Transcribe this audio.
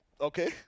Okay